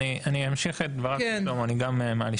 אני אמשיך את דבריו של שלמה, אני גם מהלשכה.